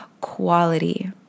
quality